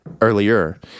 earlier